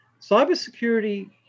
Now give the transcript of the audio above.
Cybersecurity